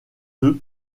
eux